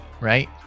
Right